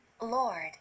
Lord